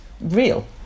real